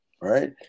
right